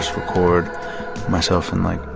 record myself in, like,